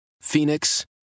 Phoenix